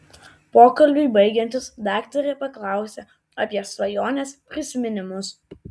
pokalbiui baigiantis daktarė paklausia apie svajones prisiminimus